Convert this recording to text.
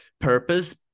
purpose